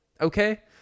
Okay